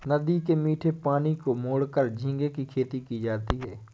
नदी के मीठे पानी को मोड़कर झींगे की खेती की जाती है